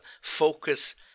focus